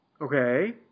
Okay